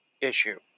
issue